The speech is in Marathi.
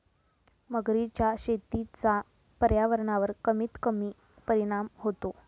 मगरीच्या शेतीचा पर्यावरणावर कमीत कमी परिणाम होता